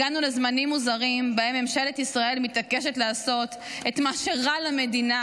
הגענו לזמנים מוזרים שבהם ממשלת ישראל מתעקשת לעשות את מה שרע למדינה,